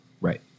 Right